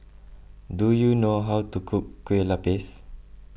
do you know how to cook Kueh Lapis